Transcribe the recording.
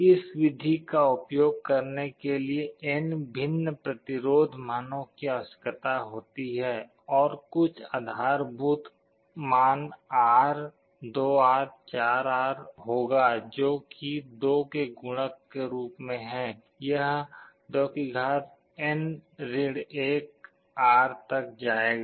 इस विधि को उपयोग करने के लिए n भिन्न प्रतिरोध मानों की आवश्यकता होती है और कुछ आधारभूत मान R 2R 4R होगाजो कि 2 के गुणक के रूप में है यह 2n 1 R तक जाएगा